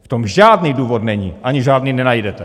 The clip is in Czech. V tom žádný důvod není, ani žádný nenajdete.